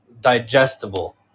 digestible